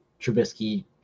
Trubisky